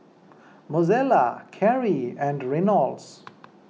Mozella Carie and Reynolds